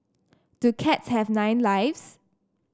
do cats have nine lives